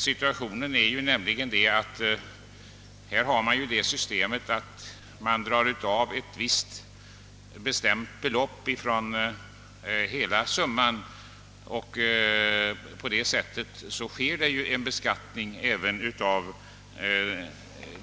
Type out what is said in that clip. Systemet går ut på att man drar av ett visst bestämt belopp från hela vinstsumman och på det sättet beskattar